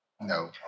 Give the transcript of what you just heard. No